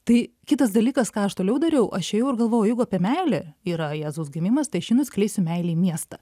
tai kitas dalykas ką aš toliau dariau aš ėjau ir galvojau jeigu apie meilę yra jėzaus gimimas tai aš skleisiu meilę į miestą